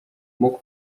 mógł